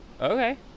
okay